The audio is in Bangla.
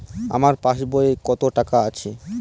আমার পাসবই এ কত টাকা আছে?